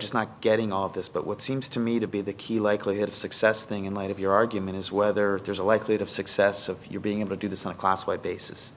just not getting all of this but what seems to me to be the key likelihood of success thing in light of your argument is whether there's a likelihood of success of your being able to do this on a classified basis